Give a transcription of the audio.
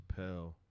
Chappelle